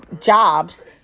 jobs